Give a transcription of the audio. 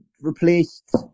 replaced